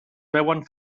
veuen